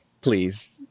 please